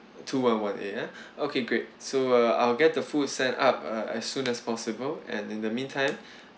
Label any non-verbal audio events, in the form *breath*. two one one A ya *breath* okay great so uh I will get the food sent up uh as soon as possible and in the meantime